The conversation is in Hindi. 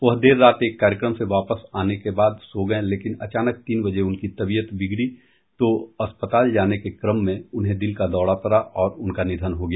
वह देर रात एक कार्यक्रम से वापस आने के बाद सो गए लेकिन अचानक तीन बजे उनकी तबियत बिगड़ी तो अस्पताल जाने के क्रम में उन्हें दिल का दौरा पड़ा और उनका निधन हो गया